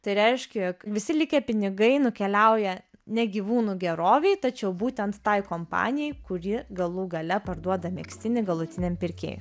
tai reiškia jog visi likę pinigai nukeliauja ne gyvūnų gerovei tačiau būtent tai kompanijai kuri galų gale parduoda megztinį galutiniam pirkėjui